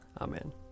Amen